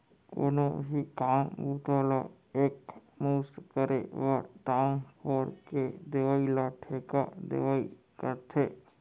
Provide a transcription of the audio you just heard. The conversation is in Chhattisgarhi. कोनो भी काम बूता ला एक मुस्त करे बर, दाम फोर के देवइ ल ठेका देवई कथें